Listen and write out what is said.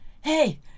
hey